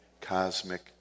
cosmic